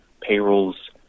payrolls